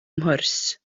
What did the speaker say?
mhwrs